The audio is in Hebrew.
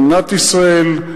למדינת ישראל,